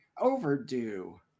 overdue